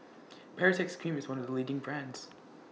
Baritex Cream IS one of The leading brands